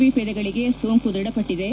P ಪೇದೆಗಳಿಗೆ ಸೋಂಕು ದೃಢಪಟ್ಟಿದೆ